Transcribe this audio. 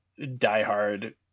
diehard